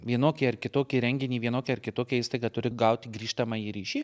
vienokį ar kitokį renginį vienokia ar kitokia įstaiga turi gauti grįžtamąjį ryšį